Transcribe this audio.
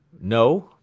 No